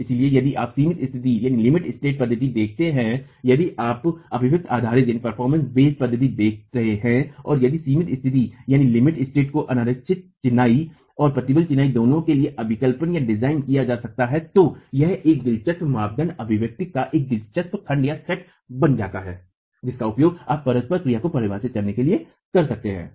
इसलिए यदि आप सिमित स्तिथि पद्धति देख रहे हैं या यदि आप अभिनय आधारित पद्धति देख रहे हैं और यदि सिमित स्तिथि को अनारक्षित चिनाई और प्रबलित चिनाई दोनों के लिए अभिकल्पनडिजाइन किया जा सकता है तो यह एक दिलचस्प मानदंड अभिव्यक्ति का एक दिलचस्प खंडसेट बन जाता है जिसका उपयोग आप परस्पर क्रिया को परिभाषित करने के लिए कर सकते हैं